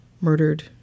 murdered